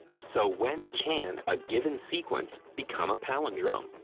so when can a given sequence become a palindrome?